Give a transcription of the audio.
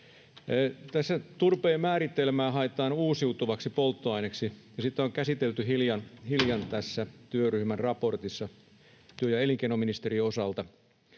turpeen määritelmää haetaan uusiutuvaksi polttoaineeksi, ja sitä on käsitelty hiljan työryhmän raportissa työ- ja elinkeinoministeriön osalta